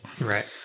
Right